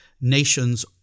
nations